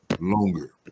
Longer